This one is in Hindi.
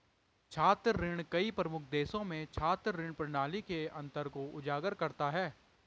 छात्र ऋण कई प्रमुख देशों में छात्र ऋण प्रणाली के अंतर को उजागर करता है